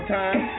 time